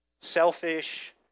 Selfish